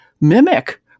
mimic